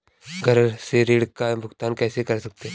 घर से ऋण का भुगतान कैसे कर सकते हैं?